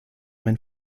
mein